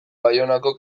baionako